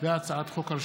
הודעה לסגן מזכירת הכנסת.